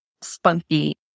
spunky